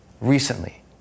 recently